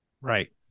right